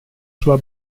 sua